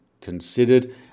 considered